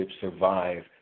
survive